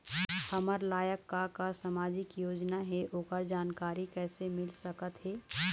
हमर लायक का का सामाजिक योजना हे, ओकर जानकारी कइसे मील सकत हे?